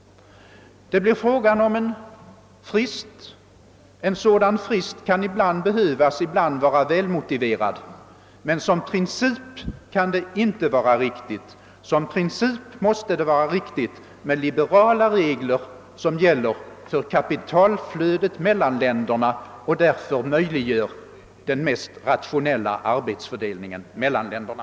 För att få en välmotiverad frist kan man införa skyddstullar, men som princip kan det inte vara riktigt att en längre tid ha sådana tullar. Det i princip riktiga måste vara att ha liberala regler för kapitalflödet mellan länderna och därmed möjliggöra den mest rationella arbetsfördelningen mellan länderna.